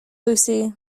lucy